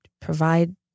provide